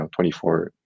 24